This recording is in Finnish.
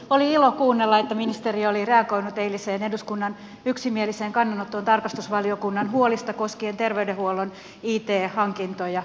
oli ilo kuunnella että ministeri oli reagoinut eiliseen eduskunnan yksimieliseen kannanottoon tarkastusvaliokunnan huolista koskien terveydenhuollon it hankintoja